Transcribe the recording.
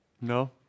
No